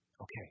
Okay